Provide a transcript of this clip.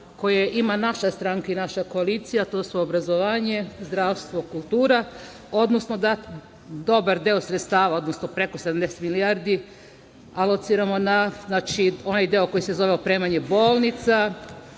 koji ima naša stranka i naša koalicija, a to su obrazovanje, zdravstvo, kultura, odnosno da dobar deo sredstava, preko 70 milijardi lociramo na onaj deo koji se zove opremanje bolnica,